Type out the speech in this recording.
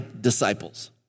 disciples